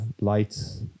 lights